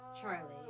Charlie